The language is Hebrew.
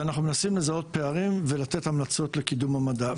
ואנחנו מנסים לזהות פערים ולתת המלצות לקידום המדע.